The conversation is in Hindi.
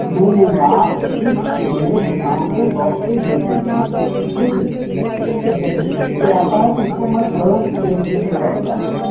नहीं नहीं आप सिर्फ़ मेरइ दुकान पर शॉप पर भेज दीजिए ठीक है तो जब दुकान पर आता है तो उसको मैं स्वयं स्टडी करता हूँ